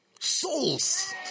souls